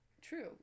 true